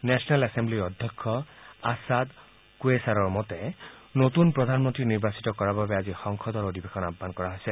national এছেম্বলিৰ অধ্যক্ষ আছাদ কুৱেছাৰৰ মতে নতুন প্ৰধানমন্ত্ৰী নিৰ্বাচিত কৰাৰ বাবে আজি সংসদৰ অধিৱেশন আহ্মন কৰা হৈছে